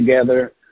together